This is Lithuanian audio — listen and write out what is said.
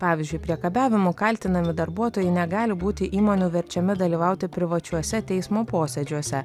pavyzdžiui priekabiavimu kaltinami darbuotojai negali būti įmonių verčiami dalyvauti privačiuose teismo posėdžiuose